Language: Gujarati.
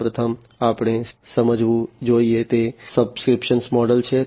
સૌપ્રથમ જે આપણે સમજવું જોઈએ તે સબ્સ્ક્રિપ્શન મોડેલ છે